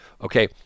Okay